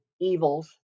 evils